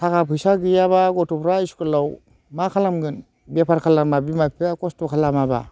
थाखा फैसा गैयाब्ला गथ'फ्रा स्कुलाव मा खालामगोन बेफार खालामा बिमा बिफाया खस्थ' खालामाब्ला